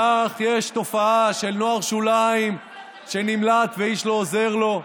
כך יש תופעה של נוער שוליים שנמלט ואיש לא עוזר לו?